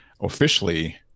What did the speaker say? officially